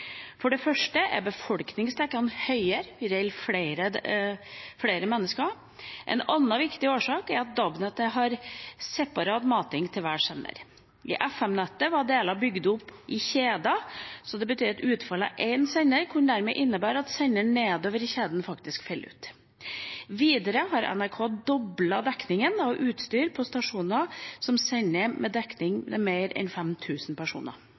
første er befolkningsdekningen høyere, det gjelder flere mennesker. En annen viktig årsak er at DAB-nettet har separat mating til hver sender. I FM-nettet var delene bygd opp i kjeder. Det betyr at utfall av én sender dermed kunne innebære at senderne nedover i kjeden faktisk falt ut. Videre har NRK doblet dekningen av utstyr på stasjoner som sender med en dekning for mer enn 5 000 personer.